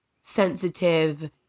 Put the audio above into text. sensitive